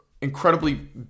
incredibly